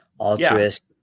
altruist